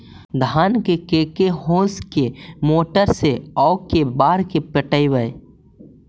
धान के के होंस के मोटर से औ के बार पटइबै?